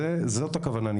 זאת הכוונה.